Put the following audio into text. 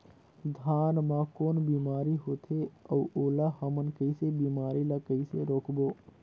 धान मा कौन बीमारी होथे अउ ओला हमन कइसे बीमारी ला कइसे रोकबो?